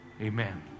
Amen